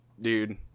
dude